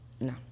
No